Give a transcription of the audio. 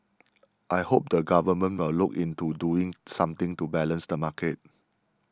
I hope the government will look into doing something to balance the market